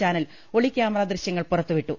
channel ഒളിക്യാമറ ദൃശ്യങ്ങൾ പുറത്തുവിട്ടു